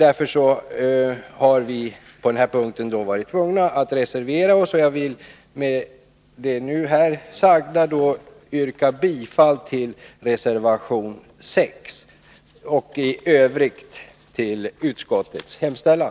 Därför har vi på den punkten varit tvungna att reservera oss. Jag vill med det här sagda yrka bifall till reservation 6 och i övrigt till utskottets hemställan.